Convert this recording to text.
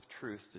truth